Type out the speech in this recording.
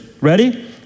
ready